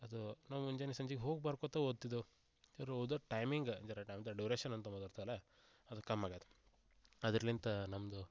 ಅದು ನಾವು ಮುಂಜಾನೆ ಸಂಜೆಗ್ ಹೋಗಿಬರ್ಕೊತ ಓದ್ತಿದ್ದೆವು ಇವ್ರು ಓದೋ ಟೈಮಿಂಗ ಜರ ಟೈಮ್ದು ಡ್ಯುರೇಷನ್ ಅಂತ ಅದು ಕಮ್ಮಾಗದ ಅದರ್ಲಿಂತ ನಮ್ಮದು